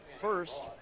first